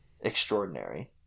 extraordinary